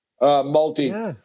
multi